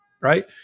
right